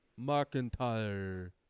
McIntyre